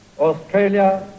Australia